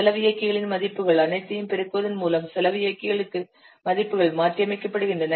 செலவு இயக்கிகளின் மதிப்புகள் அனைத்தையும் பெருக்குவதன் மூலம் செலவு இயக்கிகளுக்கு மதிப்புகள் மாற்றியமைக்கப்படுகின்றன